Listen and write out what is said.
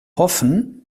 hoffen